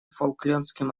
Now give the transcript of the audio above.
фолклендским